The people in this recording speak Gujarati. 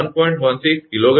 16 𝐾𝑔 𝑚 છે વ્યાસ 1